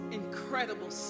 incredible